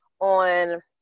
on